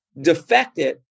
defected